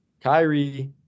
Kyrie